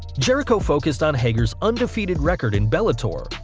jericho focused on hager's undefeated record in bellator,